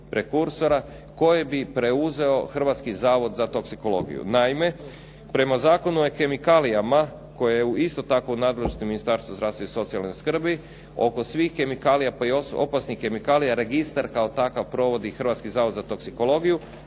prekursora koji bi preuzeo Hrvatski zavod za toksikologiju. Naime, prema Zakonu o kemikalijama koji je isto tako u nadležnosti Ministarstva zdravstva i socijalne skrbi, oko svih kemikalija pa i opasnih kemikalija registar kao takav provodi Hrvatski zavod za toksikologiju